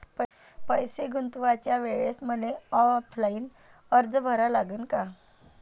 पैसे गुंतवाच्या वेळेसं मले ऑफलाईन अर्ज भरा लागन का?